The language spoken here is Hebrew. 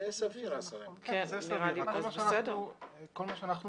והסכימו לכך כל מי שהזמנתם